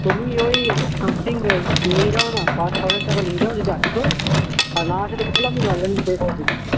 তুমি ওই সামথিং নিয়ে যাও না পাঁচ ছহাজার টাকা নিয়ে যাও যদি আছে তো আর না আছে তো বলো আমি অনলাইনে পে করে দিচ্ছি